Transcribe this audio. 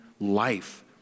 life